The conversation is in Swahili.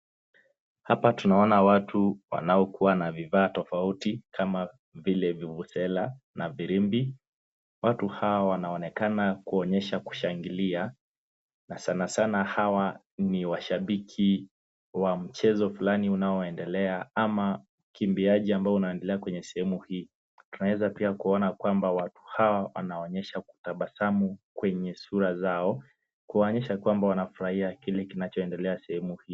Hapa tunaona watu wanaokuwa na vifaa tofauti kama vile vuvuzela na firimbi. Watu hawa wanaonekana kuonyesha kushangilia, na sanasana hawa ni washabiki wa mchezo fulani unaoendelea ama ukiambiaji ambao unaendelea kwenye sehemu hii. Tuaweza pia kuona kwamba watu hawa wanaonyesha kutabasamu kwenye sura zao, kuonyesha kuwa wanafurahia kile kinachoendelea sehemu hii.